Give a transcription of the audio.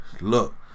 look